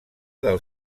del